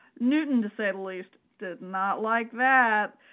newton, to say the least, did not like that,